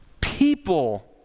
People